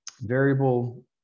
Variable